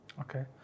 okay